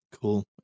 Cool